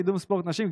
קידום ספורט נשים.